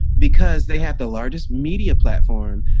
because they have the largest media platform.